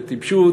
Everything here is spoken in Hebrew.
זה טיפשות,